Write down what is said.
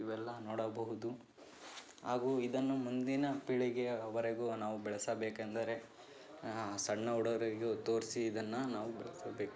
ಇವೆಲ್ಲ ನೋಡಬಹುದು ಹಾಗು ಇದನ್ನು ಮುಂದಿನ ಪೀಳಿಗೆಯವರೆಗೂ ನಾವು ಬೆಳೆಸಬೇಕೆಂದರೆ ಸಣ್ಣ ಹುಡುಗರಿಗೂ ತೋರಿಸಿ ಇದನ್ನು ನಾವು ಬೆಳೆಸ್ಕೋಬೇಕು